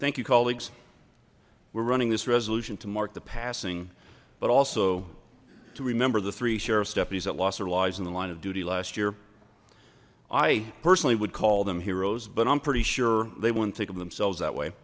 thank you colleagues we're running this resolution to mark the passing but also to remember the three sheriff's deputies that lost their lives in the line of duty last year i personally would call them heroes but i'm pretty sure they wouldn't think of themselves that way